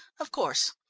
of course.